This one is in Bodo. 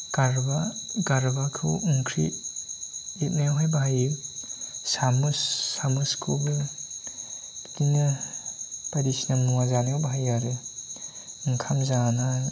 गारबा गारबाखौ ओंख्रि एरनायावहाय बाहायो सामुस सामुसखौबो बिदिनो बायदिसिना मुवा जानायाव बाहायो आरो ओंखाम जानाय